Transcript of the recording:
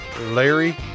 Larry